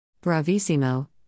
Bravissimo